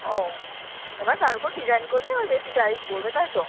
ও এবার তার ওপর ডিজাইন করলে এবার বেশি প্রাইস পড়বে তাই তো